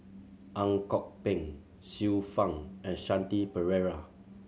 Ang Kok Peng Xiu Fang and Shanti Pereira